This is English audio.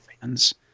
fans